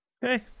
Hey